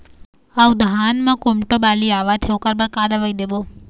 अऊ धान म कोमटो बाली आवत हे ओकर बर का दवई देबो?